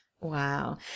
Wow